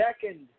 second